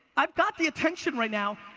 i've got the attention right now.